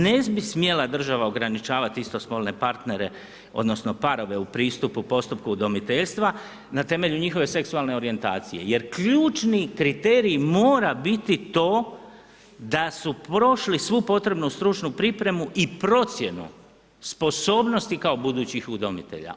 Ne bi smjela država ograničavati istospolne partnere odnosno parove u pristupu, postupku udomiteljstva na temelju njihove seksualne orijentacije jer ključni kriterij mora biti to da su prošli svu potrebnu stručnu pripremu i procjenu sposobnosti kao budućih udomitelja.